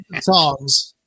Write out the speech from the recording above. songs